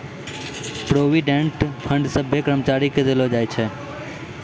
provident fund सभ्भे कर्मचारी के देलो जाय छै